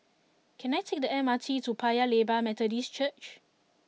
can I take the M R T to Paya Lebar Methodist Church